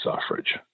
suffrage